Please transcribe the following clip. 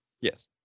Yes